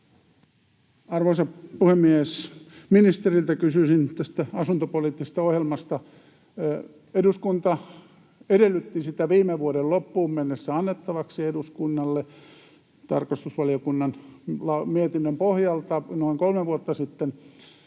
Arvoisa puhemies! Ministeriltä kysyisin tästä asuntopoliittisesta ohjelmasta. Eduskunta edellytti sitä viime vuoden loppuun mennessä annettavaksi eduskunnalle tarkastusvaliokunnan mietinnön pohjalta noin kolme vuotta sitten.